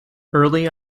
early